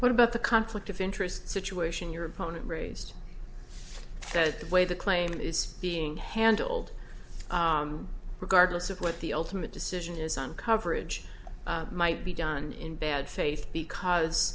what about the conflict of interest situation your opponent raised the way the claim is being handled regardless of what the ultimate decision is on coverage might be done in bad faith because